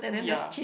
ya